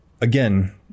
again